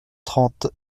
trente